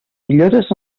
millores